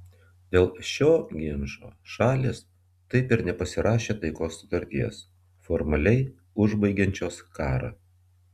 dėl šio ginčo šalys taip ir nepasirašė taikos sutarties formaliai užbaigsiančios karą